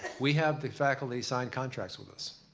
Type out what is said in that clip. we have the faculty sign contracts with us.